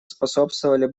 способствовали